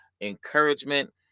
encouragement